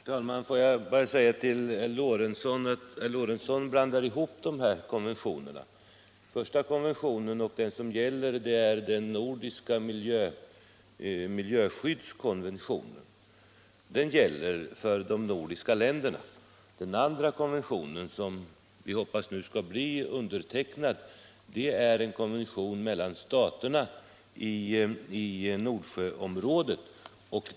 Herr talman! Får jag bara säga till herr Lorentzon i Kramfors att han blandar ihop de här konventionerna. Den första konventionen, som är den som gäller, är den nordiska miljöskyddskonventionen, och den omfattar de nordiska länderna. Den andra konventionen, som vi hoppas skall bli undertecknad, är en konvention mellan staterna i Nordsjöområdet.